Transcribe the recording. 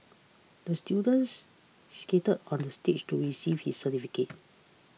the students skated onto the stage to receive his certificate